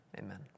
Amen